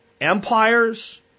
empires